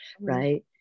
right